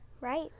Right